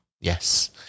Yes